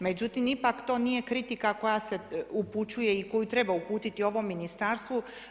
Međutim, ipak to nije kritika koja se upućuje i koju treba uputiti ovom ministarstvu.